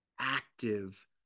active